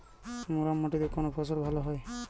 মুরাম মাটিতে কোন ফসল ভালো হয়?